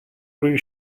rue